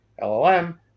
LLM